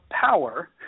power